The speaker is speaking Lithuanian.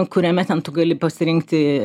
kuriame ten tu gali pasirinkti